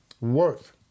worth